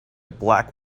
black